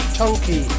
Chunky